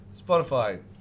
Spotify